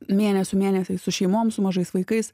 mėnesių mėnesiais su šeimoms su mažais vaikais